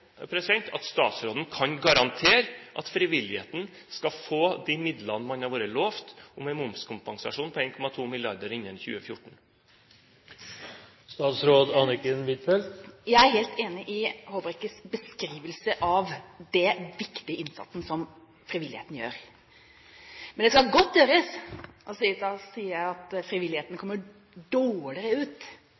statsråden garantere at frivilligheten skal få de midlene man har vært lovet, med en momskompensasjon på 1,2 mrd. kr innen 2014? Jeg er helt enig i Håbrekkes beskrivelse av den viktige innsatsen som frivilligheten gjør. Men det skal godt gjøres å si at frivilligheten kommer dårligere ut